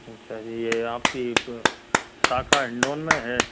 अच्छा जी ये आप की शाखा हिंडोन में है